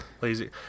lazy